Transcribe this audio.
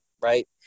right